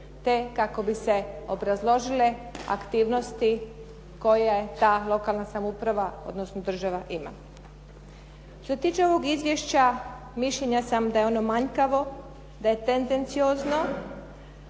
te kako bi se obrazložile aktivnosti koje je ta lokalna samouprava, odnosno država ima. Što se tiče ovog izvješća, mišljenja sam da je ono manjkavo, da je tendenciozno,